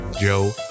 Joe